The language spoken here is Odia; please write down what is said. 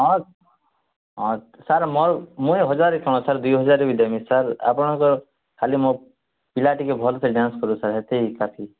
ହଁ ହଁ ସାର୍ ମୋର୍ ମୁଇଁ ହଜାର କ'ଣ ଦୁଇହଜାର ବି ଦେମି ସାର୍ ଆପଣ ଖାଲି ମୋ ପିଲା ଟିକେ ଭଲ ସେ ଡ୍ୟାନ୍ସ କରୁ ସାର୍ ଏତିକି କାଫି